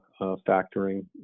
factoring